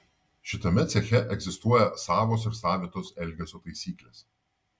šitame ceche egzistuoja savos ir savitos elgesio taisyklės